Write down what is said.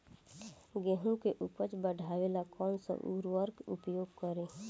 गेहूँ के उपज बढ़ावेला कौन सा उर्वरक उपयोग करीं?